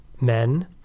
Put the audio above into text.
men